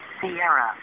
Sierra